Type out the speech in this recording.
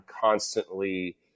constantly